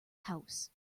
house